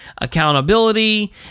accountability